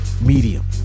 medium